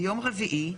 ביום רביעי,